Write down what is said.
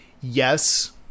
Yes